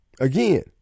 Again